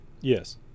Yes